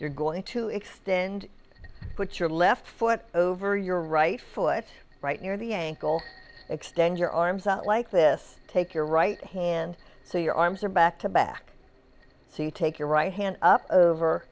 you're going to extend put your left foot over your right foot right near the ankle extend your arms out like this take your right hand so your arms are back to back so you take your right hand up over